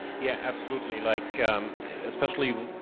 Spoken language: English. yeah absolutely, like especially,